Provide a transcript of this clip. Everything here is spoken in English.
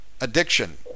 addiction